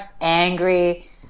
angry